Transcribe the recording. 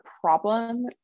problem